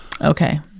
Okay